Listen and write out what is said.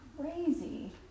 crazy